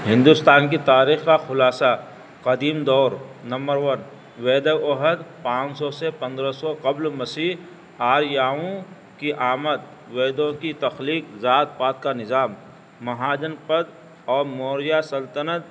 ہندوستان کی تاریخہ خلاصہ قدیم دور نمبر ون وید وہد پانچ سو سے پندرہ سو قبل مسیع آریاؤوں کی آمد ویدوں کی تخلیق ذات پات کا نظام مہاجن پت اور موریہ سلطنت